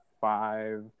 five